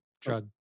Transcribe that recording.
drug